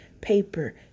paper